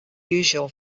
usual